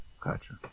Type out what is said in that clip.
Gotcha